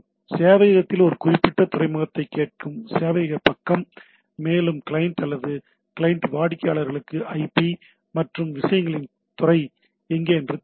சேவையகத்தில் ஒரு குறிப்பிட்ட துறைமுகத்தைக் கேட்கும் சேவையகப் பக்கம் மேலும் கிளையன்ட் அல்லது கிளையன்ட் வாடிக்கையாளர்களுக்கு ஐபி மற்றும் விஷயங்களின் துறை எங்கே என்று தெரியும்